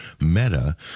Meta